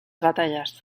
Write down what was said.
batallas